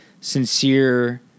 sincere